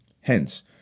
Hence